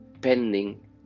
pending